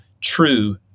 true